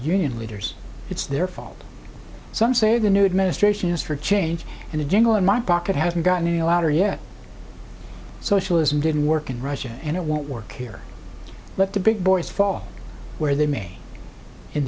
union leaders it's their fault some say the new administration is for change and a jingle in my pocket hasn't gotten any louder yet socialism didn't work in russia and it won't work here let the big boys fall where they may in